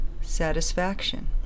satisfaction